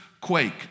quake